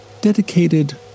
dedicated